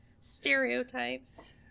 Stereotypes